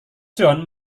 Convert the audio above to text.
john